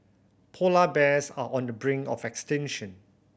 polar bears are on the brink of extinction